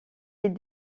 est